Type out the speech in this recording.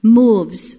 moves